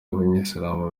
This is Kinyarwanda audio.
abayisilamu